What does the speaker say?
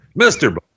mr